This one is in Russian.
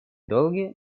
долгий